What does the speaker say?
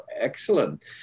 excellent